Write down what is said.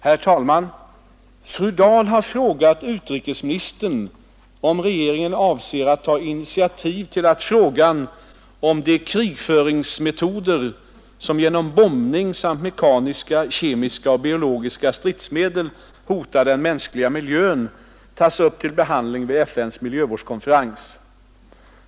Herr talman! Fru Dahl har frågat utrikesministern om regeringen avser att ta initiativ till att frågan om de krigföringsmetoder, som genom bombningar samt mekaniska, kemiska och biologiska stridsmedel hotar den mänskliga miljön, tas upp till behandling vid FN:s miljövårdskonferens.